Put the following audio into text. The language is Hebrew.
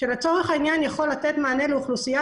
שלצורך העניין יכול לתת מענה גם לאוכלוסייה